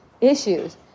issues